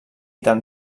tan